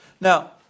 Now